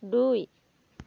দুই